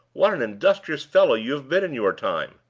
what an industrious fellow you have been in your time!